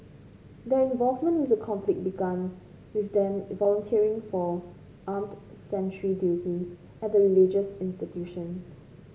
their involvement with the conflict began with them volunteering for armed sentry duty at the religious institution